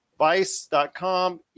Vice.com